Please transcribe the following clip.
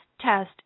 test